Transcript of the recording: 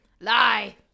Lie